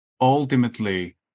ultimately